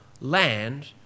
land